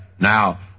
Now